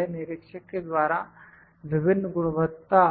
निरीक्षक के द्वारा विभिन्न गुणवत्ता